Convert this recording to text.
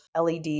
LED